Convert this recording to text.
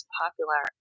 popular